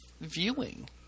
viewing